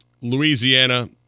Louisiana